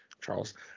Charles